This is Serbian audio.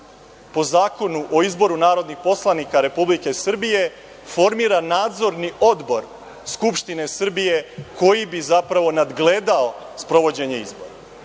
po Zakonu o izboru narodnih poslanika Republike Srbije formira nadzorni odbor Skupštine Srbije koji bi zapravo nadgledao sprovođenje izbora. Koliko